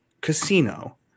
casino